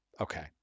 Okay